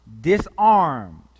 disarmed